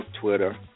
Twitter